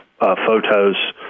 photos